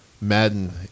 Madden